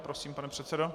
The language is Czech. Prosím, pane předsedo.